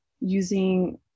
using